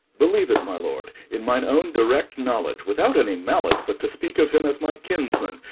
believe it, my lord, in mine own direct knowledge, without any malice, but to speak of him as my kinsman,